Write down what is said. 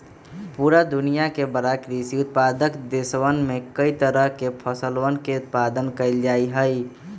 पूरा दुनिया के बड़ा कृषि उत्पादक देशवन में कई तरह के फसलवन के उत्पादन कइल जाहई